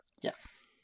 Yes